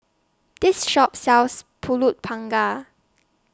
This Shop sells Pulut Panggang